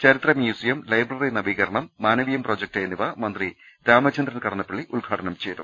ചരിത്ര museum library നവീകരണം Manaveeyam project എന്നിവ മന്ത്രി രാമചന്ദ്രൻ കടന്നപ്പള്ളി ഉദ്ഘാടനം ചെയ്തു